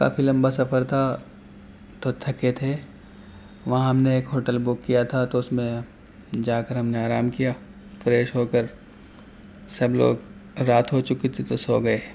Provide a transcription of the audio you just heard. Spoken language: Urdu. کافی لمبا سفر تھا تو تھکے تھے وہاں ہم نے ایک ہوٹل بک کیا تھا تو اس میں جا کر ہم نے آرام کیا فریش ہو کر سب لوگ رات ہو چکی تھی تو سو گئے